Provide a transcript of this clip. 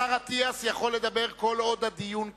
השר אטיאס יכול לדבר כל עוד הדיון קיים.